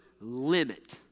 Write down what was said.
limit